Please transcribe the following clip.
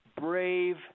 brave